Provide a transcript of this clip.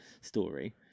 story